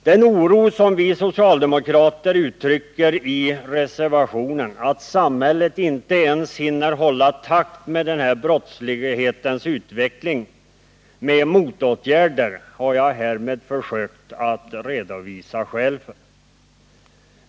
Den oro vi socialdemokrater uttrycker i reservationen, dvs. oron för att samhället inte hinner hålla takt med denna brottslighets utveckling när det gäller motåtgärder, har jag härmed försökt redovisa skäl för.